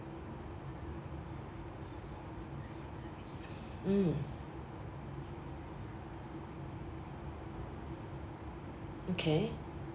mm okay